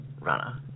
runner